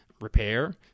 repair